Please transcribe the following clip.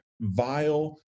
vile